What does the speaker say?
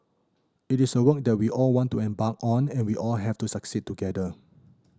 it is a work that we all want to embark on and we all want to succeed together